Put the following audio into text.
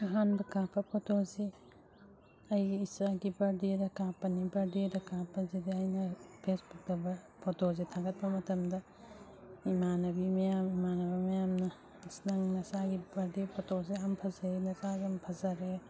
ꯑꯍꯥꯟꯕ ꯀꯥꯞꯄ ꯐꯣꯇꯣꯁꯦ ꯑꯩꯒꯤ ꯏꯆꯥꯒꯤ ꯕꯥꯔꯗꯦꯗ ꯀꯥꯞꯄꯅꯤ ꯕꯥꯔꯗꯦꯗ ꯀꯥꯞꯄꯗꯨꯗ ꯑꯩꯅ ꯐꯦꯁꯕꯨꯛꯇ ꯐꯣꯇꯣꯁꯦ ꯊꯥꯒꯠꯄ ꯃꯇꯝꯗ ꯏꯃꯥꯟꯅꯕꯤ ꯃꯌꯥꯝ ꯏꯃꯥꯟꯅꯕ ꯃꯌꯥꯝꯅ ꯏꯁ ꯅꯪ ꯅꯆꯥꯒꯤ ꯕꯥꯔꯗꯦ ꯐꯣꯇꯣꯁꯤ ꯌꯥꯝ ꯐꯖꯩ ꯅꯆꯥꯁꯨ ꯌꯥꯝ ꯐꯖꯔꯦ